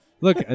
Look